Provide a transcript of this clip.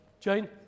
Jane